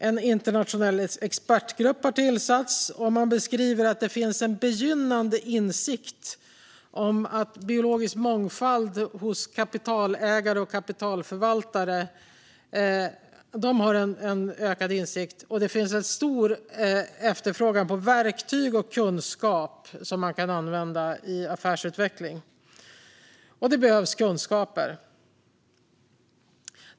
En internationell expertgrupp har nu tillsatts, och man beskriver att det finns en begynnande insikt om biologisk mångfald hos kapitalägare och kapitalförvaltare och att det finns en stor efterfrågan på verktyg och kunskap som kan användas i affärsutveckling. Därför behövs det kunskaper.